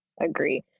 agree